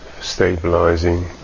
stabilizing